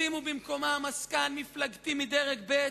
שימו במקומן עסקן מפלגתי מדרג ב',